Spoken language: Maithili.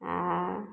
आओर